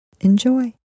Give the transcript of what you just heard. Enjoy